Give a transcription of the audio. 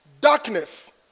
darkness